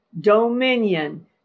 dominion